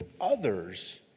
others